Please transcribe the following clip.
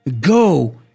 Go